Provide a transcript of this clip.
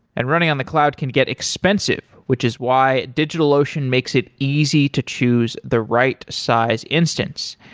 and running on the cloud can get expensive, which is why digitalocean makes it easy to choose the right size instance.